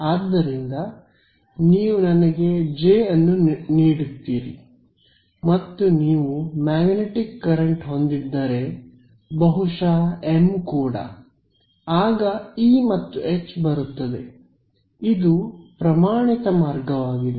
ಆದ್ದರಿಂದ ನೀವು ನನಗೆ ಜೆ ಅನ್ನು ನೀಡುತ್ತೀರಿ ಮತ್ತು ನೀವು ಮ್ಯಾಗ್ನೆಟಿಕ್ ಕರೆಂಟ್ ಹೊಂದಿದ್ದರೆ ಬಹುಶಃ ಎಂ ಕೂಡ ಆಗ E ಮತ್ತು H ಬರುತ್ತದೆ ಇದು ಪ್ರಮಾಣಿತ ಮಾರ್ಗವಾಗಿದೆ